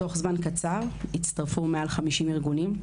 תוך זמן קצר הצטרפו מעל 50 ארגונים,